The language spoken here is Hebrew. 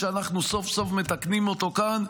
ואנחנו סוף-סוף מתקנים אותו כאן,